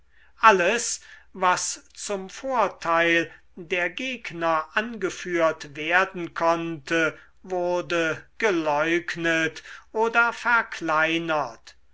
alles was zum vorteil der gegner angeführt werden konnte wurde geleugnet oder verkleinert